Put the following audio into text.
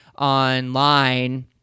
online